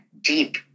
deep